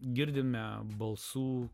girdime balsų